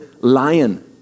lion